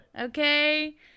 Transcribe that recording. Okay